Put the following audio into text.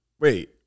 Wait